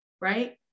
right